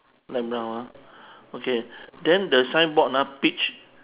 light brown ah okay then the sighboard ah peach